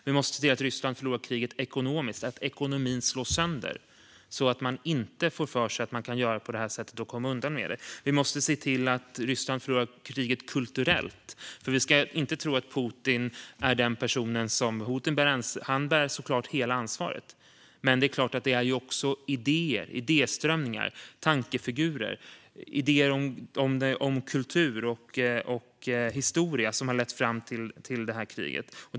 Vi måste se till att Ryssland förlorar kriget ekonomiskt - att ekonomin slås sönder, så att man inte får för sig att man kan göra på det här sättet och komma undan med det. Vi måste se till att Ryssland förlorar kriget kulturellt; Putin bär såklart hela ansvaret, men även idéer, idéströmningar och tankefigurer - idéer om kultur och historia - har självklart lett fram till det här kriget.